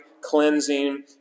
cleansing